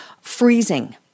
freezing